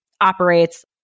operates